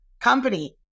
company